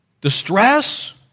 Distress